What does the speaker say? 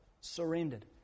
surrendered